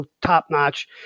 top-notch